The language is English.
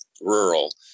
rural